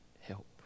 help